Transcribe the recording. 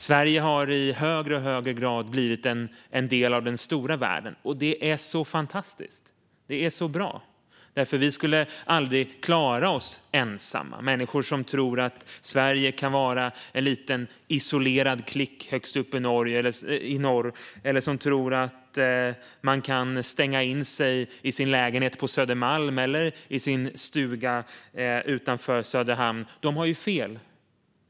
Sverige har i högre och högre grad blivit en del av den stora världen, och det är så fantastiskt. Det är så bra, för vi skulle aldrig klara oss ensamma. Människor som tror att Sverige kan vara en liten isolerad klick högst uppe i norr eller som tror att man kan stänga in sig i sin lägenhet på Södermalm eller i sin stuga utanför Söderhamn, de har ju fel.